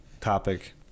topic